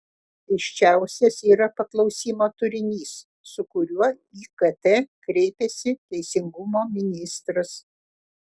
keisčiausias yra paklausimo turinys su kuriuo į kt kreipiasi teisingumo ministras